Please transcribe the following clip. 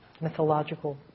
mythological